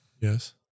Yes